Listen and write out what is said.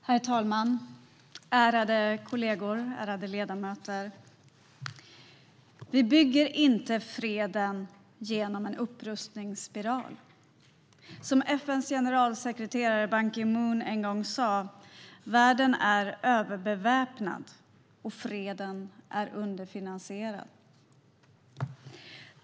Herr talman! Ärade kollegor och ledamöter! Vi bygger inte freden genom en upprustningsspiral. Som FN:s generalsekreterare Ban Ki Moon en gång sa: "Världen är överbeväpnad, och freden är underfinansierad".